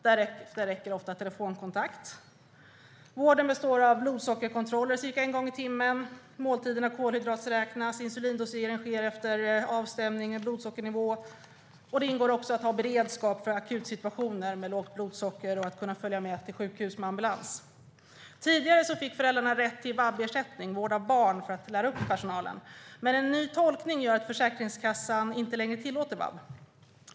Därefter räcker det ofta med telefonkontakt. Vården består av blodsockerkontroller cirka en gång i timmen. Måltiderna kolhydraträknas, och insulindosering sker efter avstämning av blodsockernivå. Det ingår också beredskap för akutsituationer med lågt blodsocker och för att följa med till sjukhus med ambulans. Tidigare fick föräldrar rätt till vab-ersättning - vård av barn - för att lära upp personalen. Men en ny tolkning gör att Försäkringskassan inte längre tillåter vab.